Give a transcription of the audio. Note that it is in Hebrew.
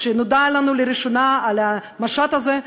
כשנודע לנו לראשונה על המשט הזה.